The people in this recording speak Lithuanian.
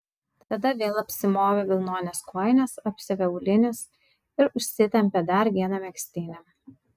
tada vėl apsimovė vilnones kojines apsiavė aulinius ir užsitempė dar vieną megztinį